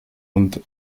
und